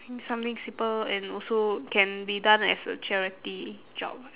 think something simple and also can be done as a charity job